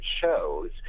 shows